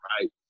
right